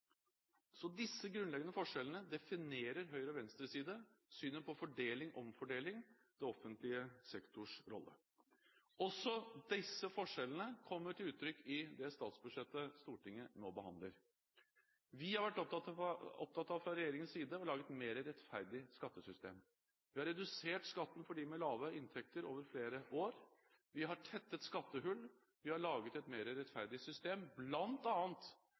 Så disse grunnleggende forskjellene definerer høyre- og venstresiden – synet på fordeling/omfordeling, den offentlige sektors rolle. Disse forskjellene kommer også til uttrykk i det statsbudsjettet som Stortinget nå behandler. Vi har fra regjeringens side vært opptatt av å lage et mer rettferdig skattesystem. Vi har redusert skatten for dem med lave inntekter over flere år, vi har tettet skattehull, vi har laget et mer rettferdig system